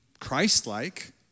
Christ-like